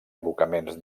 abocaments